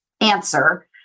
answer